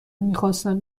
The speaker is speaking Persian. میخواستم